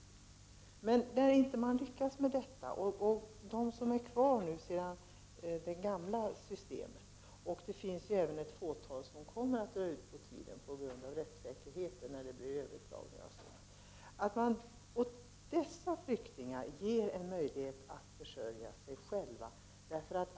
Men det finns fall där man inte lyckats med detta och flyktingar som är kvar i det gamla systemet. I ett fåtal fall kommer dessutom behandlingen av ärendena av rättssäkerhetsskäl att dra ut på tiden, överklagningar kommer att göras osv. De därav berörda flyktingarna bör ges möjlighet att försörja sig själva.